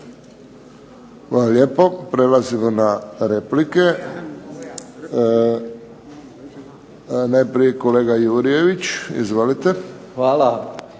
Hvala lijepo. Prelazimo na replike. Najprije kolega Jurjević. Izvolite.